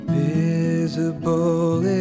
visible